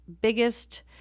biggest